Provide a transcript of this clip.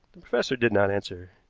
the professor did not answer.